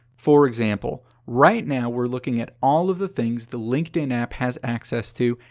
for example, right now we're looking at all of the things the linkedin app has access to,